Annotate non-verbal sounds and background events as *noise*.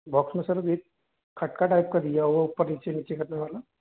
box में sir *unintelligible* खटका type का दिया हुआ ऊपर नीचे नीचे करने वाला